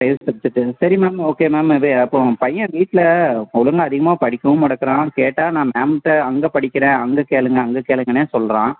five subject சரி ma'am okay ma'am இது அப்போது பையன் வீட்டில் ஒழுங்காக அதிகமாக படிக்கவும் மாட்டேக்கறான் கேட்டால் நான் மேம்கிட்ட அங்கே படிக்கிறேன் அங்கே கேளுங்கள் அங்கே கேளுங்கன்னே சொல்கிறான்